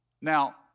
Now